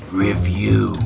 review